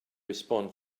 respond